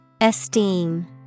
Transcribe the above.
Esteem